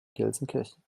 gelsenkirchen